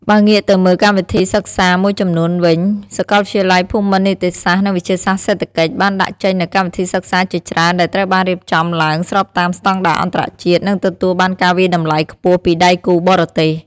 បើងាកទៅមើកម្មវិធីសិក្សាមួយចំំនួនវិញសាកលវិទ្យាល័យភូមិន្ទនីតិសាស្ត្រ និងវិទ្យាសាស្ត្រសេដ្ឋកិច្ច បានដាក់ចេញនូវកម្មវិធីសិក្សាជាច្រើនដែលត្រូវបានរៀបចំឡើងស្របតាមស្តង់ដារអន្តរជាតិ និងទទួលបានការវាយតម្លៃខ្ពស់ពីដៃគូបរទេស។